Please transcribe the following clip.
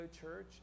church